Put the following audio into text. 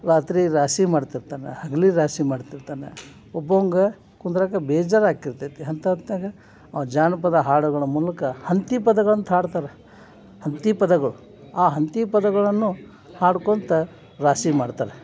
ರಾತ್ರಿ ರಾಶಿ ಮಾಡ್ತಿರ್ತಾನೆ ಹಗ್ಲು ರಾಶಿ ಮಾಡ್ತಿರ್ತಾನೆ ಒಬ್ಬೊಂಗೇ ಕುಂದ್ರಕ್ಕ ಬೇಜಾರು ಆಗಿರ್ತೈತಿ ಅಂಥ ಹೊತ್ನ್ಯಾಗ ಅವ ಜಾನಪದ ಹಾಡುಗಳ ಮೂಲಕ ಹಂತಿ ಪದಗಳು ಅಂತ ಹಾಡ್ತಾರ ಹಂತಿ ಪದಗಳು ಆ ಹಂತಿ ಪದಗಳನ್ನು ಹಾಡ್ಕೊತ ರಾಶಿ ಮಾಡ್ತಾರೆ